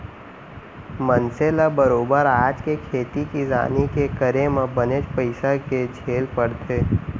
मनसे ल बरोबर आज के खेती किसानी के करे म बनेच पइसा के झेल परथे